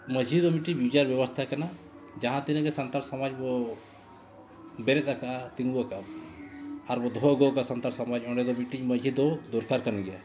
ᱢᱟᱺᱡᱷᱤ ᱫᱚ ᱢᱤᱫᱴᱤᱡ ᱵᱤᱪᱟᱹᱨ ᱵᱮᱵᱚᱥᱛᱷᱟ ᱠᱟᱱᱟ ᱡᱟᱦᱟᱸ ᱛᱤᱱᱟᱹᱜ ᱜᱮ ᱥᱟᱱᱛᱟᱲ ᱥᱚᱢᱟᱡᱽ ᱵᱚᱱ ᱵᱮᱨᱮᱫ ᱟᱠᱟᱫᱼᱟ ᱛᱤᱸᱜᱩᱣ ᱟᱠᱟᱜᱼᱟ ᱟᱨ ᱵᱚᱱ ᱫᱚᱦᱚ ᱟᱹᱜᱩᱣ ᱟᱠᱟᱜᱼᱟ ᱥᱟᱱᱛᱟᱲ ᱥᱚᱢᱟᱡᱽ ᱚᱸᱰᱮ ᱫᱚ ᱢᱤᱫᱴᱤᱡ ᱢᱟᱺᱡᱷᱤ ᱫᱚ ᱫᱚᱨᱠᱟᱨ ᱠᱟᱱ ᱜᱮᱭᱟ